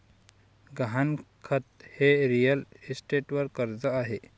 गहाणखत हे रिअल इस्टेटवर कर्ज आहे